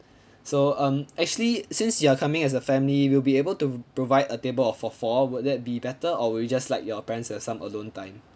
so um actually since you are coming as a family we'll be able to provide a table of for four would that be better or would you just like your parents to have some alone time